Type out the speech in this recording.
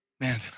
Man